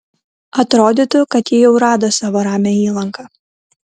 atrodytų kad ji jau rado savo ramią įlanką